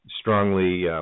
strongly